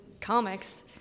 comics